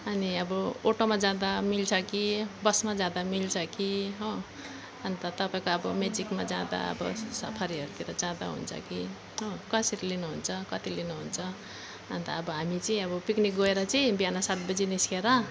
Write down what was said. अनि अब अटोमा जाँदा मिल्छ कि बसमा जाँदा मिल्छ कि हो अन्त तपाईँको अब मेजिकमा जाँदा अब सफारीहरूतिर जाँदा हुन्छ कि हो कसरी लिनुहुन्छ कति लिनुहुन्छ अन्त अब हामी चाहिँ अब पिकनिक गएर चाहिँ बिहान सातबजे निस्किएर